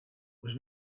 was